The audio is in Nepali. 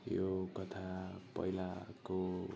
यो कथा पहिलाको